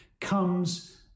comes